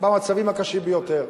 במצבים הקשים ביותר,